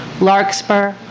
Larkspur